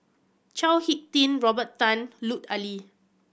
Chao Hick Tin Robert Tan and Lut Ali